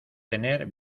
tener